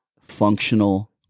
functional